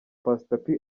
pastor